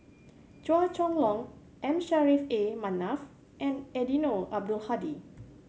Chua Chong Long M Saffri A Manaf and Eddino Abdul Hadi